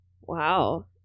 Wow